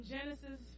Genesis